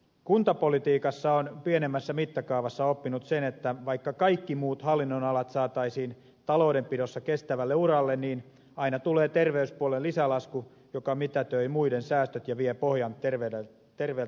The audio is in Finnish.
kuntapolitiikassa olen pienemmässä mittakaavassa oppinut sen että vaikka kaikki muut hallinnonalat saataisiin taloudenpidossa kestävälle uralle niin aina tulee terveyspuolen lisälasku joka mitätöi muiden säästöt ja vie pohjan terveeltä taloudenpidolta